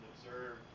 observe